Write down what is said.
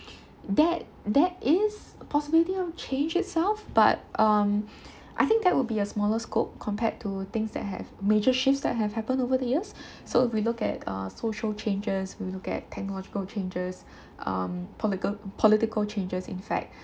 that that is a possibility of change itself but um I think that would be a smaller scope compared to things that have major shifts that have happened over the years so we look at uh social changes we look at technological changes um polical~ political changes in fact